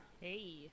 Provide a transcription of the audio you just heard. Hey